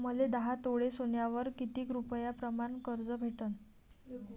मले दहा तोळे सोन्यावर कितीक रुपया प्रमाण कर्ज भेटन?